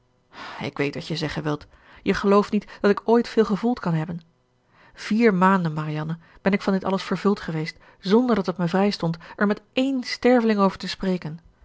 ik weet wat je zeggen wilt je gelooft niet dat ik ooit veel gevoeld kan hebben vier maanden marianne ben ik van dit alles vervuld geweest zonder dat het mij vrijstond er met één sterveling over te spreken